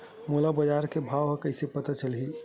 मोला बजार के भाव ह कइसे पता चलही?